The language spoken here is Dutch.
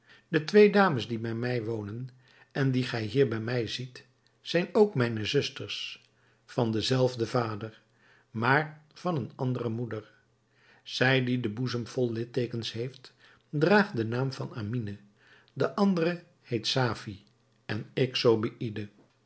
de twee dames die bij mij wonen en die gij hier bij mij ziet zijn ook mijne zusters van den zelfden vader maar van eene andere moeder zij die den boezem vol lidteekens heeft draagt den naam van amine de andere heet safie en ik